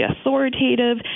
authoritative